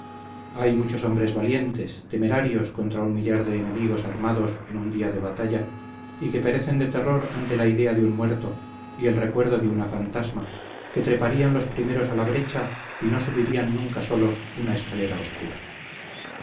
hay muchos hombres valientes temerarios contra un millar de enemigos armados en un día de batalla y que perecen de terror ante la idea de un muerto y el recuerdo de una fantasma que treparían los primeros a la brecha y no subirían nunca solos una escalera oscura